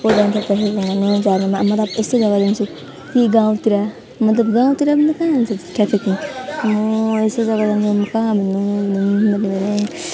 को जान्छ ट्राफिक घुमाउनु जाडोमा मतलब यस्तो जग्गा जान्छु कि गाउँतिर मतलब गाउँतिर पनि कहाँ हुन्छ ट्राफिकिङ म यस्तो जग्गा जान्छु कहाँ भन्नु घुम्नु मतलब भने